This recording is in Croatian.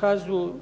HAZ-u